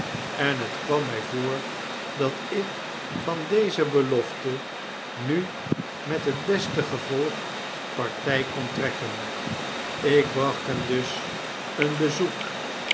en het kwam my voor dat ik van deze belofte nu met het beste gevolg party kon trekken ik bracht hem dus een oezoek